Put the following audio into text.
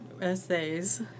essays